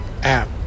app